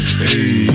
hey